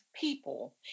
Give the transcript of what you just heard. people